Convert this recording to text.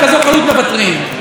אבל לא על זה אני רוצה לדבר,